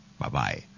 bye-bye